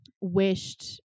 wished